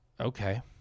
okay